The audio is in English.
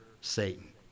Satan